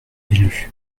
élus